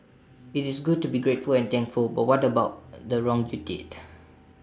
IT is good to be grateful and thankful but what about the wrong you did